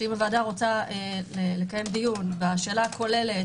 ודאי שאם הוועדה רוצה לקיים דיון בשאלה הכולל,